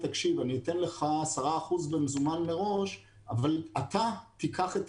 אני אתן לך 10% במזומן מראש אבל אתה תיקח את